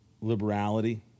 liberality